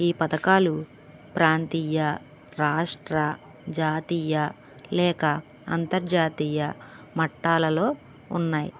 ఈ పథకాలు ప్రాంతీయ రాష్ట్ర జాతీయ లేక అంతర్జాతీయ మట్టాలలో ఉన్నాయి